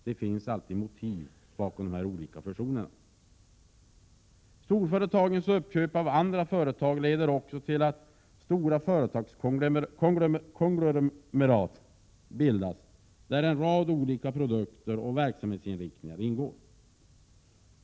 Det finns alltid motiv bakom de olika fusionerna, Storföretagens uppköp av andra företag leder också ofta till att stora företagskonglomerat bildas, där en rad olika produkter och verksamhetsinriktningar ingår.